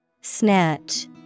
Snatch